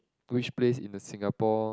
which place in the Singapore